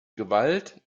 gewalt